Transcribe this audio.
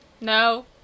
No